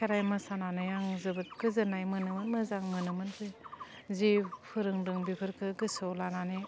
खेराइ मोसानानै आं जोबोद गोजोन्नाय मोनोमोन मोजां मोनोमोन जि जि फोरोंदों बेफोरखो गोसोआव लानानै